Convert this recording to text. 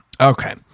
okay